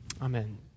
Amen